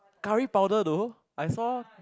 curry powder though I saw